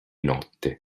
notte